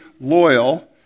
loyal